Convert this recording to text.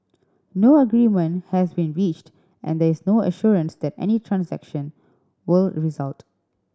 no agreement has been reached and there is no assurance that any transaction will result